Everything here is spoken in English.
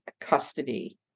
custody